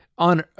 On